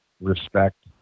respect